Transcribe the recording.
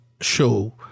show